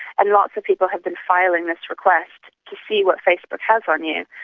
and lots of people have been filing this request to see what facebook has on you.